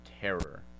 terror